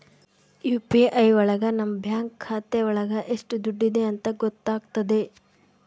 UPI ಒಳಗ ನಮ್ bank ಖಾತೆ ಒಳಗ ಎಷ್ಟ್ ದುಡ್ಡಿದೆ ಅಂತ ಗೊತ್ತಾಗ್ತದೆ